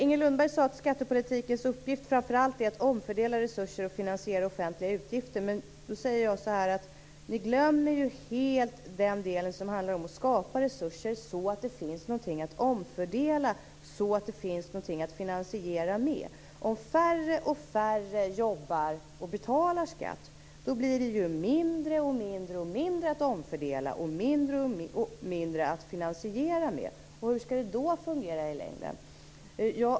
Inger Lundberg sade att skattepolitikens uppgift framför allt är att omfördela resurser och finansiera offentliga utgifter. Men Socialdemokraterna glömmer helt den del som handlar om att skapa resurser så att det finns någonting att omfördela, så att det finns någonting att finansiera med. Om färre och färre jobbar och betalar skatt blir det ju mindre och mindre att omfördela och mindre och mindre att finansiera med. Hur skall det då fungera i längden?